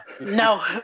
No